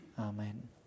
Amen